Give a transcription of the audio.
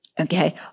Okay